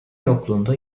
yokluğunda